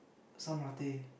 some latte